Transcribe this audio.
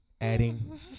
adding